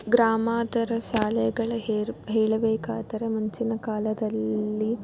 ಗ್ರಾಮಾಂತರ ಶಾಲೆಗಳ ಹೇರ ಹೇಳಬೇಕಾದರೆ ಮುಂಚಿನ ಕಾಲದಲ್ಲಿ